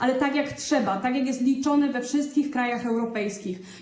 Ale tak, jak trzeba, tak, jak jest liczone we wszystkich krajach europejskich.